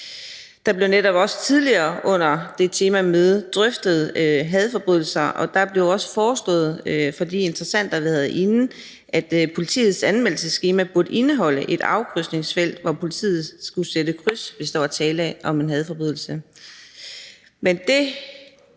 Der blev netop også tidligere under det temamøde drøftet hadforbrydelser, og der blev det også foreslået af de interessenter, vi havde inde, at politiets anmeldelsesskema burde indeholde et afkrydsningsfelt, hvor politiet skulle sætte kryds, hvis der var tale om en hadforbrydelse. Det